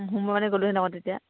সোমবাৰ মানে গ'লো হয় আকৌ তেতিয়া